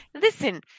Listen